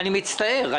אני מצטער.